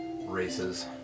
races